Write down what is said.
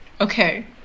Okay